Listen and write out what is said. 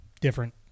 different